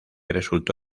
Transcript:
resultó